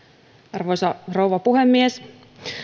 arvoisa rouva puhemies